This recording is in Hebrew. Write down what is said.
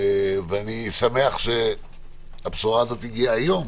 אני שמח שהבשורה הזאת הגיעה היום.